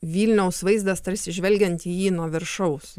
vilniaus vaizdas tarsi žvelgiant į jį nuo viršaus